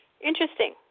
interesting